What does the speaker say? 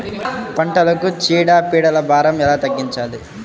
పంటలకు చీడ పీడల భారం ఎలా తగ్గించాలి?